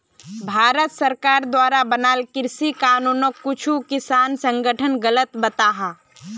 भारत सरकार द्वारा बनाल कृषि कानूनोक कुछु किसान संघठन गलत बताहा